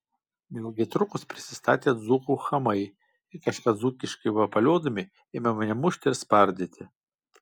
neilgai trukus prisistatė dzūkų chamai ir kažką dzūkiškai vapaliodami ėmė mane mušti ir spardyti